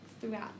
throughout